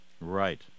Right